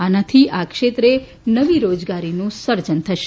આનાથી આ ક્ષેત્રે નવી રો ગારીનુ સર્જન થશે